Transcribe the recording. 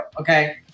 okay